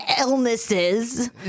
illnesses